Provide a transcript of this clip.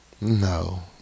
No